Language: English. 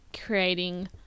creating